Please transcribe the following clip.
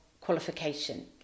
qualification